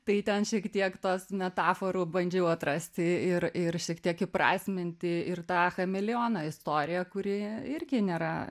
tai ten šiek tiek tas metaforų bandžiau atrasti ir ir šiek tiek įprasminti ir tą chameleoną istoriją kuri irgi nėra